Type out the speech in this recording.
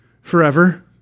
forever